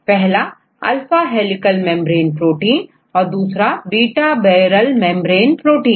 पहला alpha helical membrane protein और दूसरा बीटा बैरल मेंब्रेन प्रोटीन